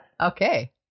okay